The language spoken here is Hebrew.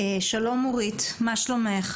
שלום אורית, מה שלומך?